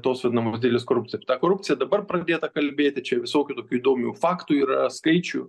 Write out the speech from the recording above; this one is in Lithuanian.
tos vadinamos didelės korupcijos ta korupcija dabar pradėta kalbėti čia visokių tokių įdomių faktų yra skaičių